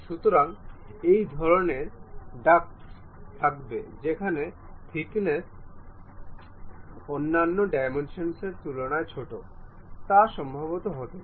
সুতরাং এই ধরণের ডাক্টসগুলি থাকবে যেখানে থিকনেস অন্যান্য ডাইমেনশনের তুলনায় ছোট তা সম্ভব হতে পারে